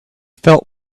felt